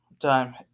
time